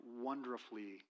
wonderfully